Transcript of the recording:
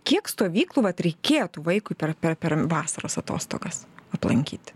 kiek stovyklų vat reikėtų vaikui per per vasaros atostogas aplankyti